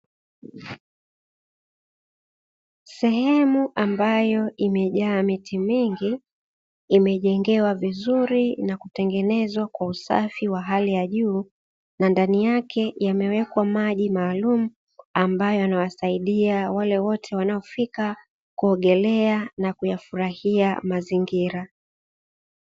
Sehemu ambayo imejaa miti mingi imejengewa vizuri na kutengenezwa kwa usafi wa hali ya juu na ndani yake, imewekwa maji maalumu ambayo yanawasaidia wale wote wanaofika kuogelea na kuyafurahia mazingira.